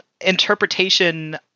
interpretation